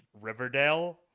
Riverdale